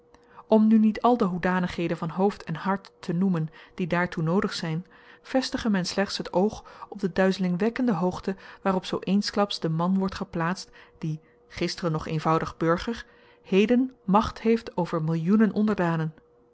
om nu niet al de hoedanigheden van hoofd en hart te noemen die daartoe noodig zyn vestige men slechts t oog op de duizelingwekkende hoogte waarop zoo eensklaps de man wordt geplaatst die gisteren nog eenvoudig burger heden macht heeft over millioenen onderdanen